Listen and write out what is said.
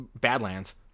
Badlands